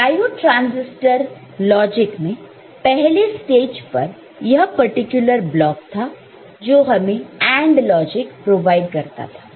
तो diode transistor logic में पहले स्टेज पर यह पर्टिकुलर ब्लॉक है जो हमें AND लॉजिक प्रोवाइड करता है